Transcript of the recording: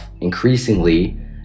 increasingly